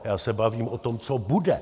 Já se bavím o tom, co bude.